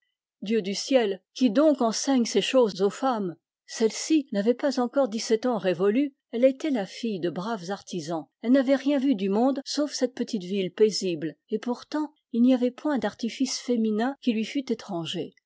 dieu du ciel qui donc enseigne ces choses aux femmes celle-ci n'avait pas encore dix-sept ans révolus elle était la fille de braves artisans elle n'avait rien vu du monde sauf cette petite ville paisible et pourtant il n'y avait point d'artifice féminin qui lui fût étranger